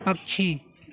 पक्षी